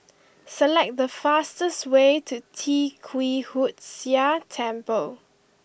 select the fastest way to Tee Kwee Hood Sia Temple